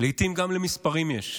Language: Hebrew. לעיתים גם למספרים יש.